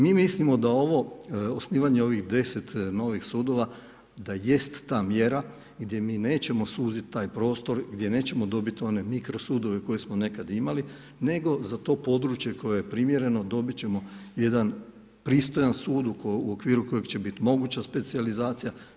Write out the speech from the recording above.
Mi mislimo da ovo, osnivanje ovih 10 novih sudova da jest ta mjera gdje mi nećemo suziti taj prostor, gdje nećemo dobiti one mikro sudove koje smo nekada imali nego za to područje koje je primjereno dobiti ćemo jedan pristojan sud u okviru kojeg će biti moguća specijalizacija.